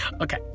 Okay